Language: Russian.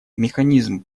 механизм